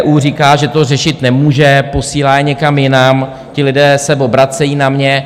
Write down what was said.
ČTÚ říká, že to řešit nemůže, posílá je někam jinam, ti lidé se obracejí na mě.